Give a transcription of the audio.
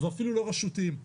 ואפילו לא רשותיים,